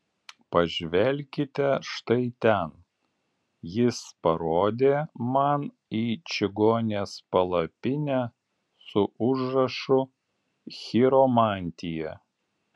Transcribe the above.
pažvelkite štai ten jis parodė man į čigonės palapinę su užrašu chiromantija